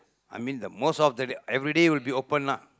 I mean the most of the day everyday would be open lah